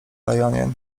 lyonie